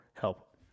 help